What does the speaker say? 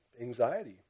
anxiety